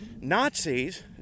Nazis